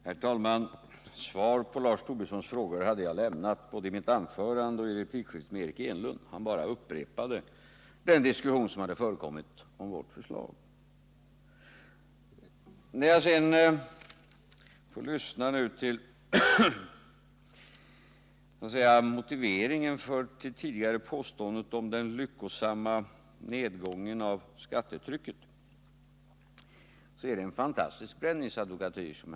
Herr talman! Svar på Lars Tobissons frågor har jag lämnat både i mitt tidigare anförande och i replikskiftet mellan mig och Eric Enlund. Lars Tobisson bara upprepade den diskussion som har förekommit om vårt förslag. Lars Tobissons motivering för det tidigare påståendet om den lyckosamma nedgången av skattetrycket var rena brännvinsadvokatyren.